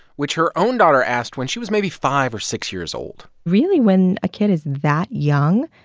which her own daughter asked when she was maybe five or six years old really, when a kid is that young,